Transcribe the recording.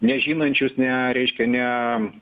nežinančius ne reiškia ne